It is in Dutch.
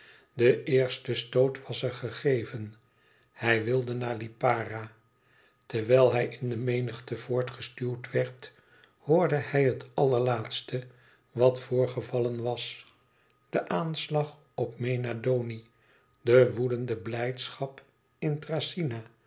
de eerste stoot was er gegeven hij wilde naar lipara terwijl hij in de menigte voortgestuwd werd hoorde hij het allerlaatste wat voorgevallen was de aanslag op ena oni e ids aargang de woedende blijdschap